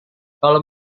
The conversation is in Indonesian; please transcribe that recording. kalau